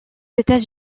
états